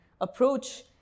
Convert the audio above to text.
approach